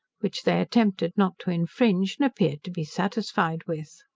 which they attempted not to infringe, and appeared to be satisfied with.